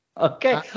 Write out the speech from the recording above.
Okay